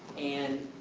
and.